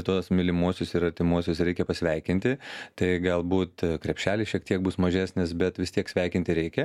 tuos mylimuosius ir artimuosius reikia pasveikinti tai galbūt krepšelis šiek tiek bus mažesnis bet vis tiek sveikinti reikia